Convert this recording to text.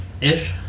Ish